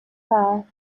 first